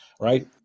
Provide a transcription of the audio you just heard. right